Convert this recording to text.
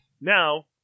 now